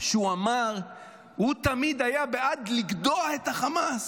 שהוא אמר שהוא תמיד היה בעד לגדוע את החמאס.